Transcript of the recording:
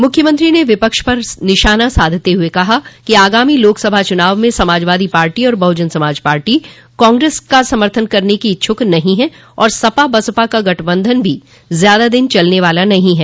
मुख्यमंत्री ने विपक्ष पर निशाना साधते हुए कहा कि आगामी लोकसभा चुनाव में समाजवादी पार्टी और बहुजन समाज पार्टी कांग्रेस को साथ समर्थन करने की इच्छुक नहीं है और सपा बसपा का गठबंधन भी ज्यादा दिन तक चलने वाला नहीं है